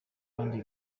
kandi